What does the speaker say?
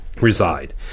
Reside